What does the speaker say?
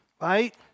right